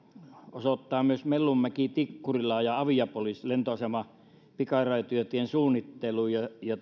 osoittaa varoja myös mellunmäki tikkurila aviapolis lentoasema pikaraitiotien suunnitteluun